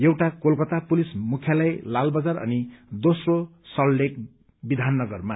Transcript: एउटा कोलकता पुलिस मुख्यालय लाल बजार अनि दोम्रो सल्टलेक विधाननगरमा